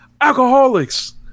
Alcoholics